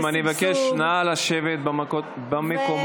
חברים, אני מבקש, נא לשבת במקומותיכם.